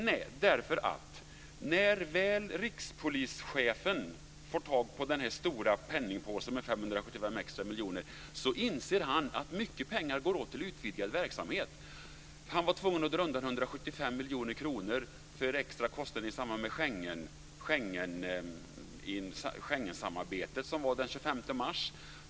Nej, därför att när rikspolischefen väl fått tag på den här stora penningpåsen med 575 extra miljoner insåg han att mycket pengar går åt till utvidgad verksamhet. Han var tvungen att dra undan 175 miljoner kronor för extra kostnader i samband med Schengensamarbetet den 25 mars.